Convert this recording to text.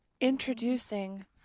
Introducing